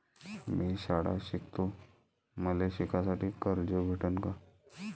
मी शाळा शिकतो, मले शिकासाठी कर्ज भेटन का?